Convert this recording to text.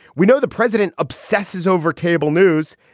we know the president obsesses over cable news.